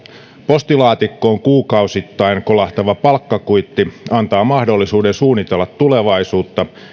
postilaatikkoon kuukausittain kolahtava palkkakuitti antaa mahdollisuuden suunnitella tulevaisuutta